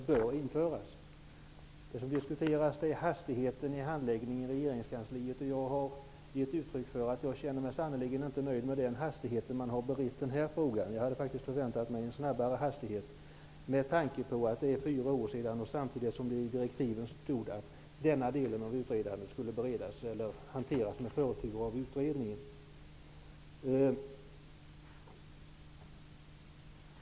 Det som nu diskuteras är hastigheten i handläggningen inom regeringskansliet. Jag har gett uttryck för att jag sannerligen inte känner mig nöjd med den hastighet med vilken denna fråga har beretts. Jag hade faktiskt förväntat mig en snabbare hantering med tanke på att det är fyra år sedan uppdraget gavs, och särskilt som det i direktiven stod att denna del av utredningen skulle hanteras med förtur.